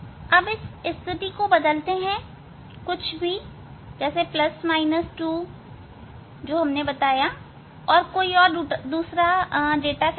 अब इस स्थिति को बदलते हैं कुछ भी प्लस या माइनस 2 और आप दूसरा डाटा सेट ले सकते हैं